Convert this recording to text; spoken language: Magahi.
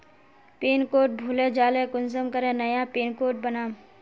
पिन कोड भूले जाले कुंसम करे नया पिन कोड बनाम?